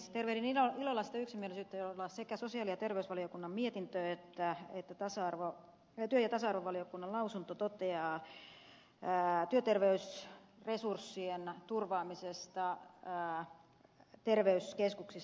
tervehdin ilolla sitä yksimielisyyttä jolla sekä sosiaali ja terveysvaliokunnan mietintö että työ ja tasa arvovaliokunnan lausunto toteavat työterveysresurssien turvaamisesta terveyskeskuksissa